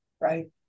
right